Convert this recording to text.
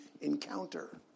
encounter